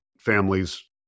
families